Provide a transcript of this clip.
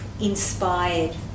inspired